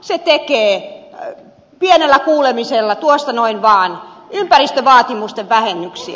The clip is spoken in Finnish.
se tekee pienellä kuulemisella tuosta noin vaan ympäristövaatimusten vähennyksiä